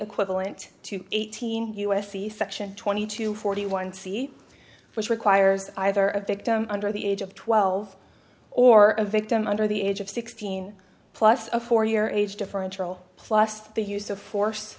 equivalent to eighteen u s c section twenty two forty one c which requires either a victim under the age of twelve or a victim under the age of sixteen plus a four year age differential plus the use of force